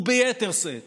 וביתר שאת